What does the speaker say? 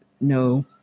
no